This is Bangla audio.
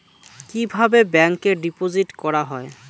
কিভাবে ব্যাংকে ডিপোজিট করা হয়?